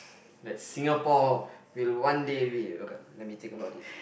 that Singapore will one day be ok let me think about it